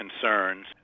concerns